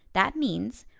that means,